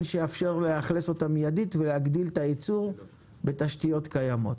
שיאפשר לאכלס אותם מידית ולהגדיל את הייצור בתשתיות קיימות